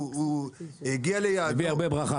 הוא הגיע ליעדו,